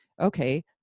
okay